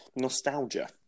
nostalgia